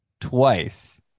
twice